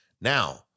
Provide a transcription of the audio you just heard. Now